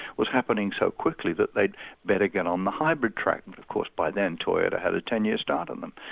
was happening so quickly that they'd bet again on the hybrid track. and but of course by then, toyota had a ten year start on them.